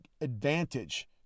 advantage